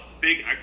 big